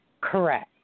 Correct